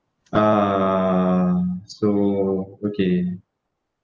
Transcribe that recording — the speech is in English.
uh so okay